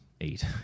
eight